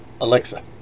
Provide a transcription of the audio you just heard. alexa